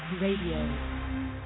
Radio